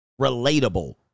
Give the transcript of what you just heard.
relatable